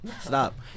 Stop